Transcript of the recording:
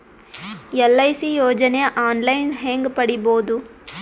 LIC ಯೋಜನೆ online ಹೇಂಗ ಪಡಿಬಹುದು?